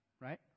right